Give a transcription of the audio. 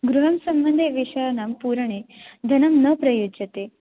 गृहं सम्बन्धे विषयानां पूरणे धनं न प्रयुज्यते